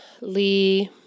Lee